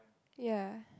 ya